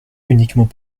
uniquement